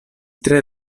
tre